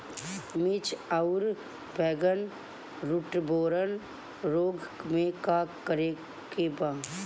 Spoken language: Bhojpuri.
मिर्च आउर बैगन रुटबोरर रोग में का करे के बा?